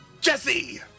Jesse